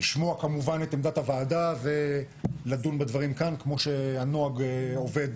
לשמוע כמובן את עמדת הוועדה ולדון בדברים כאן כמו שהנוהג עובד